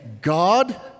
God